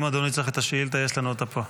אם אדוני צריך את השאילתה, יש לנו אותה פה.